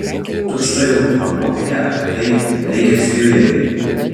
tučtuojau informuokite apie tai reichsfiurerį